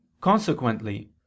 Consequently